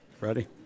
Ready